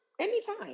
anytime